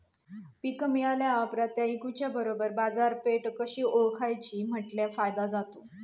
पीक मिळाल्या ऑप्रात ता इकुच्या बरोबर बाजारपेठ कशी ओळखाची म्हटल्या फायदो जातलो?